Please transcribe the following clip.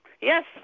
Yes